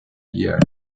year